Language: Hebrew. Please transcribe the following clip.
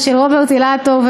ושל רוברט אילטוב,